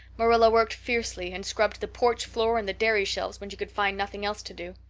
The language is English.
marilla worked fiercely and scrubbed the porch floor and the dairy shelves when she could find nothing else to do.